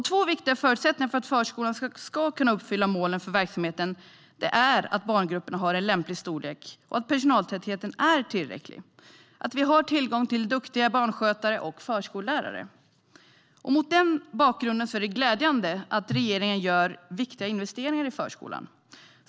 Två viktiga förutsättningar för att förskolan ska kunna uppfylla målen för verksamheten är att barngrupperna har en lämplig storlek och att personaltätheten är tillräcklig - att vi har tillgång till duktiga barnskötare och förskollärare. Mot den bakgrunden är det glädjande att regeringen gör viktiga investeringar i förskolan.